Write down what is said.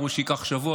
אמרו שייקח שבוע,